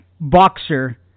boxer